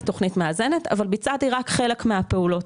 תכנית מאזנת אבל ביצעתי רק חלק מהפעולות.